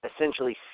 essentially